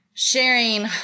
sharing